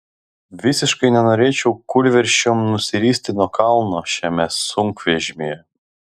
visiškai nenorėčiau kūlversčiom nusiristi nuo kalno šiame sunkvežimyje